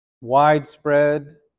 widespread